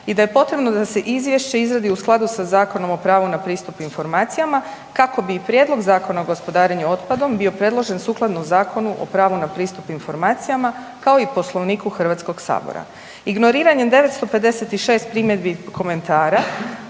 i da je potrebno da se izvješće izradi u skladu sa Zakonom o pravu na pristup informacijama kako i Prijedlog zakona o gospodarenju otpadom bio predložen sukladno Zakonu o pravu na pristup informacijama kao i Poslovniku HS-a. Ignoriranjem 956 primjedbi i komentara